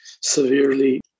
severely